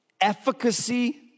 efficacy